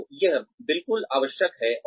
तो यह बिल्कुल आवश्यक है